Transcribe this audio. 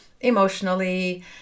emotionally